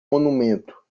monumento